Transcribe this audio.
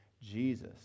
Jesus